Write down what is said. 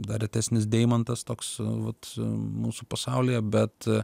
dar retesnis deimantas toks vat mūsų pasaulyje bet